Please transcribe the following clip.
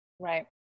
Right